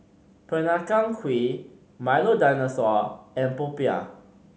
Peranakan Kueh Milo Dinosaur and popiah